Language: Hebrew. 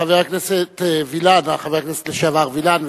חבר הכנסת לשעבר וילן,